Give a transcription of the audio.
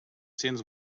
cents